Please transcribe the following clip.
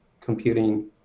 computing